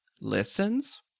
listens